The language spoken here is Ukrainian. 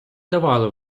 давали